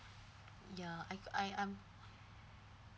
ya I I I'm